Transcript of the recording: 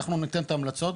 אנחנו ניתן את ההמלצות,